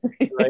right